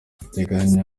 duteganya